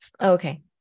Okay